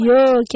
Yo